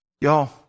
Y'all